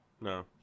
No